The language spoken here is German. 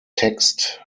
text